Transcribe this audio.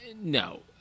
no